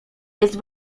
jest